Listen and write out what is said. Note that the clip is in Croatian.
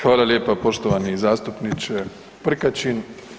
Hvala lijepa poštovani zastupniče Prkačin.